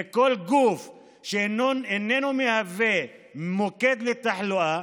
לכל גוף שאיננו מהווה מוקד לתחלואה,